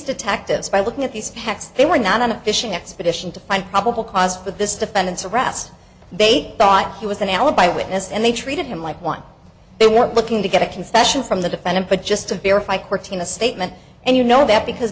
detectives by looking at these hacks they were not on a fishing expedition to find probable cause for this defendant's arrest they thought he was an alibi witness and they treated him like one they were looking to get a confession from the defendant but just to verify cortina statement and you know that because